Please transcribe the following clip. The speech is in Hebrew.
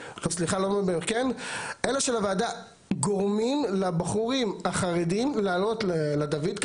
אלה של הוועדה גורמים לבחורים החרדים לעלות לדוידקה